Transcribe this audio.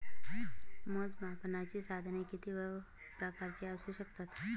मोजमापनाची साधने किती प्रकारची असू शकतात?